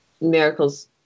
miracles